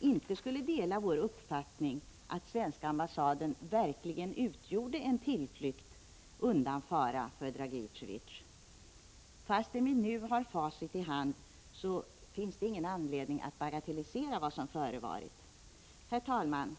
inte skulle dela vår uppfattning att den svenska ambassaden verkligen utgjorde en tillflykt undan fara för Dragi Cevié. Fastän vi nu har facit i hand finns det ingen anledning att bagatellisera vad som förevarit. Herr talman!